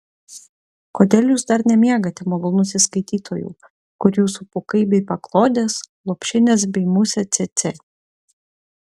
kodėl jūs dar nemiegate malonusis skaitytojau kur jūsų pūkai bei paklodės lopšinės bei musė cėcė